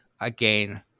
again